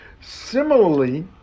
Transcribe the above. Similarly